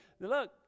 look